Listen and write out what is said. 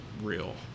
real